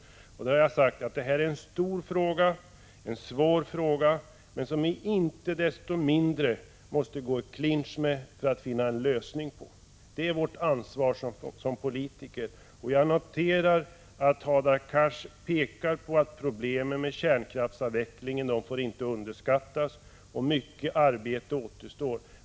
Det är en stor fråga, en svår fråga. Inte desto mindre måste vi ta itu med den för att finna en lösning. Det är vårt ansvar som politiker. Jag noterar att Hadar Cars säger att problemet med kärnkraftsavvecklingen inte får underskattas och att mycket arbete återstår.